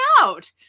out